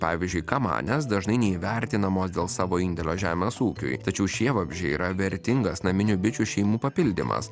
pavyzdžiui kamanės dažnai neįvertinamos dėl savo indėlio žemės ūkiui tačiau šie vabzdžiai yra vertingas naminių bičių šeimų papildymas